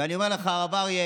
ואני אומר לך, הרב אריה,